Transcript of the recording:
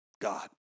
God